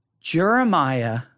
Jeremiah